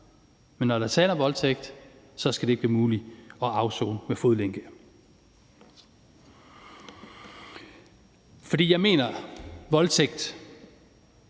men når der er tale om voldtægt, skal det ikke være muligt at afsone med fodlænke. For jeg mener, at det